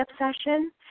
obsession